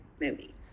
movie